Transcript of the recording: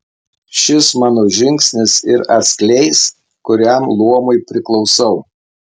šis mano žingsnis ir atskleis kuriam luomui priklausau